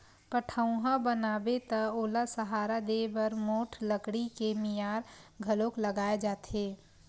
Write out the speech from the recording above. पठउहाँ बनाबे त ओला सहारा देय बर मोठ लकड़ी के मियार घलोक लगाए जाथे